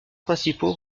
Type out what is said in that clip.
principaux